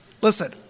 Listen